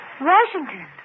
Washington